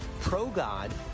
pro-God